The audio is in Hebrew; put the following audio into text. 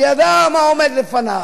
הוא ידע מה עומד לפניו.